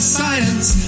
science